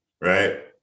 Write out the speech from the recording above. right